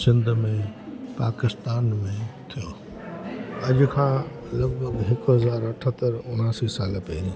सिंध में पाकिस्तान में थियो अॼु खां लॻभॻि हिकु हज़ार अठहतरि उणासी साल पहिरियों